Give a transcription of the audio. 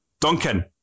Duncan